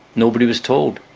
nobody was told.